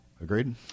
Agreed